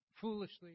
foolishly